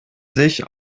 sich